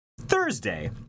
Thursday